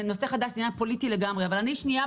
נושא חדש זה לגמרי עניין